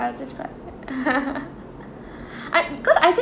I'll just cry uh cause I feel